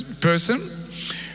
person